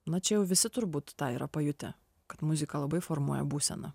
na čia jau visi turbūt tą yra pajutę kad muzika labai formuoja būseną